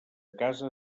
casa